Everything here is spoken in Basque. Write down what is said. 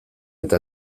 eta